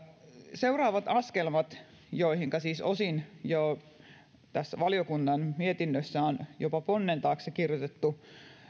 seuraavina askelmina jotka siis osin jo tässä valiokunnan mietinnössä on jopa ponnen taakse kirjoitettu